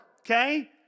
okay